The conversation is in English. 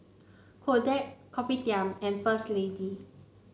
Kodak Kopitiam and First Lady